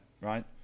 right